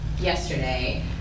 yesterday